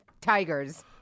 Tigers